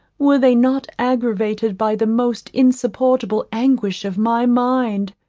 were they not aggravated by the most insupportable anguish of my mind.